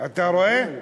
אתה רואה?